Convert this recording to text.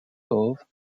howe